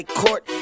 court